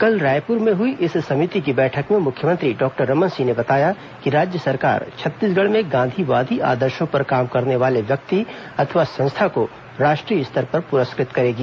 कल रायपुर में हई इस समिति की बैठक में मुख्यमंत्री डॉक्टर रमन सिंह ने बताया कि राज्य सरकार छत्तीसगढ में गांधीयादी आदर्शो पर काम करने वाले व्यक्ति अथवा संस्था को राष्ट्रीय स्तर पर पुरस्कृत करेगी